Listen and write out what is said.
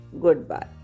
Goodbye